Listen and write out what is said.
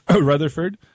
Rutherford